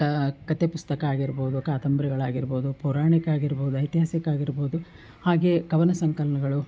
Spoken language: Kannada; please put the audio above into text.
ಕ ಕತೆ ಪುಸ್ತಕ ಆಗಿರ್ಬೋದು ಕಾದಂಬರಿಗಳಾಗಿರ್ಬೋದು ಪೌರಾಣಿಕ ಆಗಿರ್ಬೋದು ಐತಿಹಾಸಿಕ ಆಗಿರ್ಬೋದು ಹಾಗೆಯೇ ಕವನ ಸಂಕಲನಗಳು